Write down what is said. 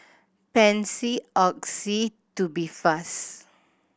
Pansy Oxy Tubifast